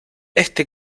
este